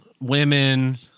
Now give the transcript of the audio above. women